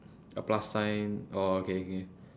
a plus sign oh okay okay